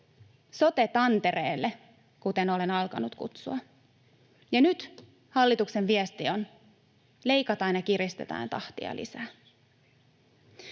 sote-tantereelle, kuten olen alkanut kutsua. Ja nyt hallituksen viesti on: leikataan ja kiristetään tahtia lisää.